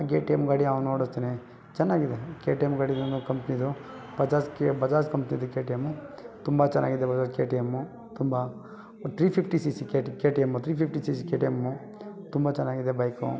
ಆ K T M ಗಾಡಿ ಅವ್ನು ಓಡಿಸ್ತಾನೆ ಚೆನ್ನಾಗಿದೆ ಕೆ ಟಿ ಎಮ್ ಗಾಡಿನೂ ಕಂಪ್ನಿದು ಬಜಾಜ್ ಕೆ ಬಜಾಜ್ ಕಂಪ್ನಿದು ಕೆ ಟಿ ಎಮು ತುಂಬ ಚೆನ್ನಾಗಿದೆ ಬಜಾಜ್ ಕೆ ಟಿ ಎಮು ತುಂಬ three fifty C C K T K T M three fifty C C K T M ತುಂಬ ಚೆನ್ನಾಗಿದೆ ಬೈಕು